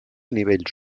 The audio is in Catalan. nivells